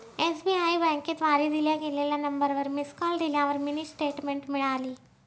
SBI बँकेद्वारे दिल्या गेलेल्या नंबरवर मिस कॉल दिल्यावर मिनी स्टेटमेंट मिळाली